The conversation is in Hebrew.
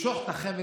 למשוך את החבל